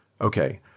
Okay